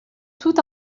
toute